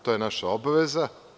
To je naša obaveza.